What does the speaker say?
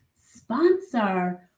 sponsor